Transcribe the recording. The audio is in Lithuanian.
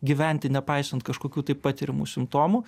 gyventi nepaisant kažkokių tai patiriamų simptomų